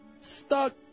stuck